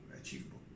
achievable